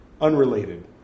Unrelated